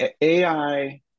AI